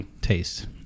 taste